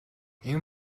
энэ